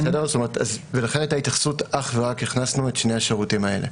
לכן הכנסנו אך ורק את שני השירותים האלה.